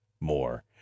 more